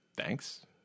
Thanks